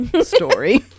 story